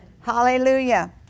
Hallelujah